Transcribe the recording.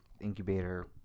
incubator